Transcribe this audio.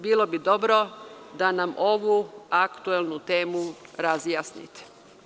Bilo bi dobro da nam ovu aktuelnu temu razjasnite.